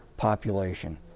population